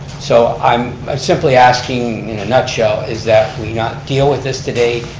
so i'm simply asking in a nutshell is that we not deal with this today,